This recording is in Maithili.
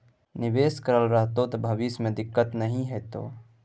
निवेश करल रहतौ त भविष्य मे दिक्कत नहि हेतौ